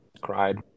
Cried